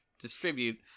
distribute